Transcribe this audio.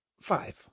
five